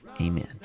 amen